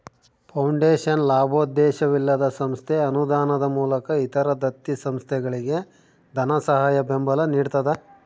foundation ಲಾಭೋದ್ದೇಶವಿಲ್ಲದ ಸಂಸ್ಥೆ ಅನುದಾನದ ಮೂಲಕ ಇತರ ದತ್ತಿ ಸಂಸ್ಥೆಗಳಿಗೆ ಧನಸಹಾಯ ಬೆಂಬಲ ನಿಡ್ತದ